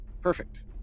Perfect